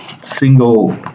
single